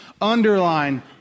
Underline